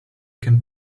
can